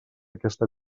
aquesta